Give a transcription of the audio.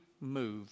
move